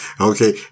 Okay